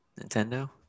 Nintendo